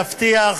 אדוני.